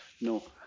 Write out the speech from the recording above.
No